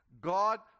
God